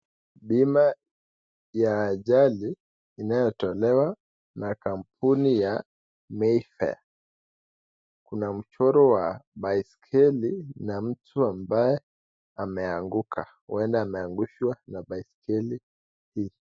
Bima ya ajali inayotolewa na kampuni ya Mayfair, kuna mchoro wa baiskeli na mtu ambaye ameanguka, huenda ameangushwa na baiskeli hii.